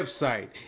website